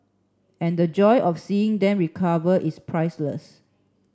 and the joy of seeing them recover is priceless